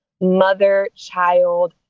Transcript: mother-child